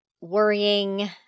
worrying